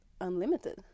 unlimited